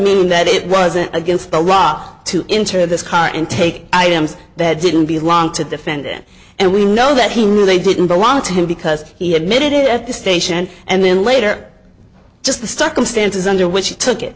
mean that it wasn't against the law to enter this car and take items that didn't belong to the defendant and we know that he knew they didn't belong to him because he admitted it at the station and then later just stuck him stances under which he took it